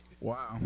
Wow